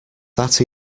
that